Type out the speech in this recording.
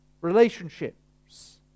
Relationships